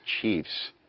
Chiefs